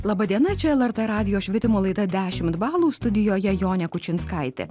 laba diena čia lrt radijo švietimo laida dešimt balų studijoje jonė kučinskaitė